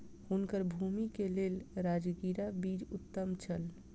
हुनकर भूमि के लेल राजगिरा बीज उत्तम छल